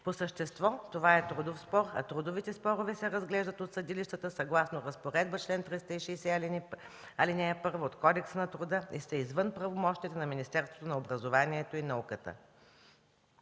По същество това е трудов спор, а трудовите спорове се разглеждат от съдилищата, съгласно разпоредбата на чл. 360, ал. 1 от Кодекса на труда и са извън правомощията на Министерството на образованието и науката.